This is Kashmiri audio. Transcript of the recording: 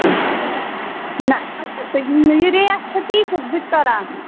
نہَ یہِ ریٹ چھِ تی چھَس بہٕ تہِ کَران